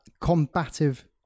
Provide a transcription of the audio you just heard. combative